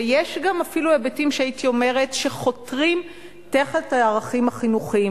ויש גם אפילו היבטים שהייתי אומרת חותרים תחת הערכים החינוכיים.